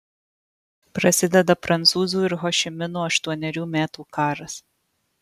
prasideda prancūzų ir ho ši mino aštuonerių metų karas